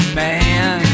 man